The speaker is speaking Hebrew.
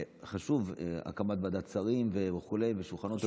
חשוב, הקמת ועדת שרים ושולחנות עגולים.